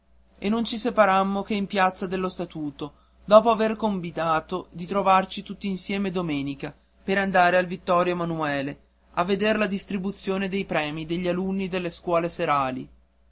e non ci separammo che in piazza dello statuto dopo aver combinato di trovarci tutti insieme domenica per andare al vittorio emanuele a veder la distribuzione dei premi agli alunni delle scuole serali